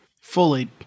Fully